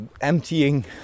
emptying